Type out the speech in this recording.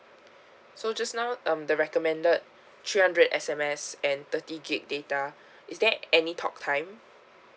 so just now um the recommended three hundred S_M_S and thirty gig data is there any talk time